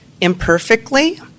imperfectly